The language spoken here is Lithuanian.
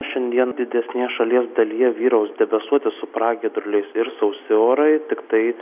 šiandien didesnėje šalies dalyje vyraus debesuoti su pragiedruliais ir sausi orai tiktai